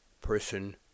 person